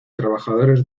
trabajadores